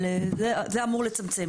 אבל זה, זה אמור לצמצם.